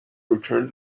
returned